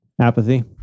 Apathy